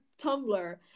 tumblr